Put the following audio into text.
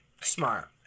Smart